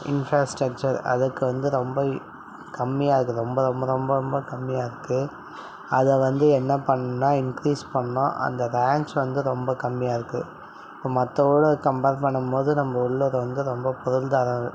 infrastructure அதற்கு வந்து ரொம்ப கம்மியாக இருக்கு ரொம்ப ரொம்ப ரொம்ப ரொம்ப கம்மியாக இருக்கு அதை வந்து என்ன பண்ணணுனா இன்க்ரீஸ் பண்ணணும் அந்த ரேன்ச் வந்து ரொம்ப கம்மியாக இருக்கு இப்போ மற்ற உட கம்பேர் பண்ணும் போது நம்ப உள்ளூர் வந்து ரொம்ப குறைந்த அளவில்